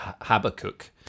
Habakkuk